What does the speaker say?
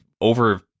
over